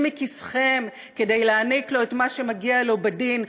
מכיסכם כדי להעניק לו את מה שמגיע לו בדין,